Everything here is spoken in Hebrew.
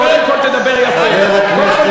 קודם כול תדבר יפה.